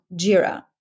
Jira